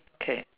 okay